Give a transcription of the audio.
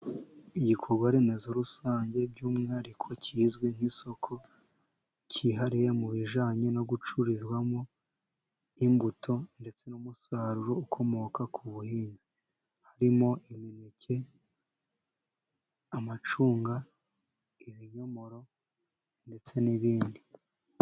Igikorwaremezo rusange by' umwihariko kizwi nk' isoko, cyihariye mu bijyanye no gucururizwamo imbuto, ndetse n' umusaruro ukomoka ku buhinzi harimo imineke, amacunga, ibinyomoro, ndetse n' ibindi...